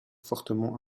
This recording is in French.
fortement